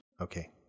Okay